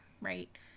right